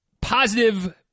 positive